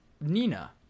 Nina